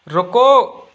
रुको